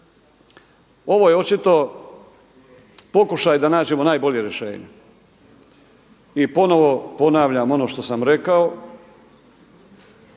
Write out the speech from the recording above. Ovo je očito pokušaj da nađemo najbolje rješenje i ponovo ponavljam ono što sam rekao.